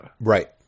right